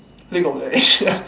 league-of-legends